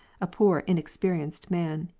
a poor inexperienced man.